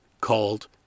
called